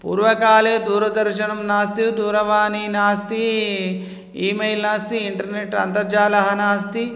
पूर्वकाले दूरदर्शनं नास्ति दूरवाणी नास्ति ईमेल् नास्ति इण्टर्नेट् अन्तर्जालः नास्ति